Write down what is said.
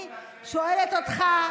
אני שואלת אותך,